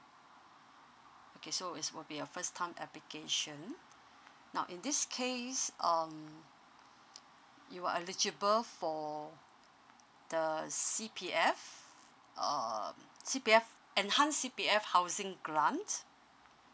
okay so is will be your first time application now in this case um you are eligible for the C_P_F um C_P_F enhanced C_P_F housing grant